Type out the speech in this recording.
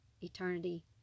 Eternity